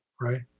Right